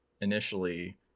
initially